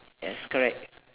yes correct